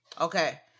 Okay